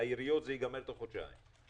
העיריות זה ייגמר בתוך חודשיים.